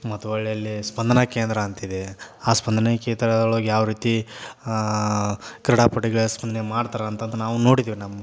ಮತ್ತು ಹೊರ್ಳಿ ಅಲ್ಲಿ ಸ್ಪಂದನ ಕೇಂದ್ರ ಅಂತಿದೆ ಆ ಸ್ಪಂದನ ಕೇತರದೊಳಗ್ ಯಾವ ರೀತಿ ಕ್ರೀಡಾಪಟುಗ್ಳಿಗೆ ಸ್ಪಂದನೆ ಮಾಡ್ತಾರೆ ಅಂತಂದು ನಾವು ನೋಡಿದ್ದೇವೆ ನಮ್ಮ